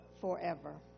forever